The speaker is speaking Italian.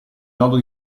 nodo